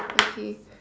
okay